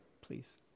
please